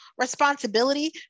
responsibility